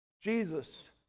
Jesus